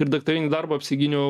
ir daktarinį darbą apsigyniau